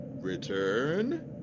return